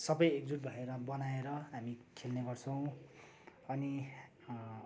सबै एकजुट भएर बनाएर हामी खेल्ने गर्छौँ अनि